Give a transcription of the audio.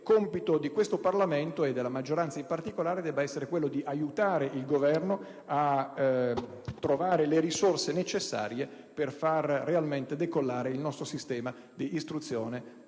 che compito del Parlamento, e della maggioranza in particolare, debba essere quello di aiutare il Governo a trovare le risorse necessarie per far realmente decollare il nostro sistema di istruzione e di